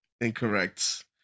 incorrect